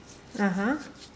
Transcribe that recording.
(uh huh)